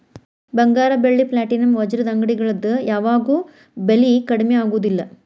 ಬಂಗಾರ ಬೆಳ್ಳಿ ಪ್ಲಾಟಿನಂ ವಜ್ರದ ಅಂಗಡಿಗಳದ್ ಯಾವಾಗೂ ಬೆಲಿ ಕಡ್ಮಿ ಆಗುದಿಲ್ಲ